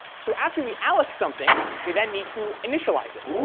so after we alloc something we then need to initialize it.